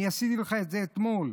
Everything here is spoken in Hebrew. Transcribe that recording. אני עשיתי לך את זה אתמול,